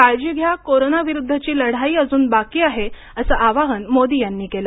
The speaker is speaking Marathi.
काळजी घ्या कोरोना विरुद्धची लढाई अजून बाकी आहे असं आवाहन मोदी यांनी केलं